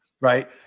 right